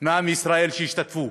מעם ישראל שהשתתפו,